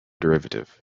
derivative